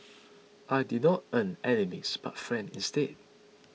I did not earn enemies but friends instead